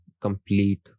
complete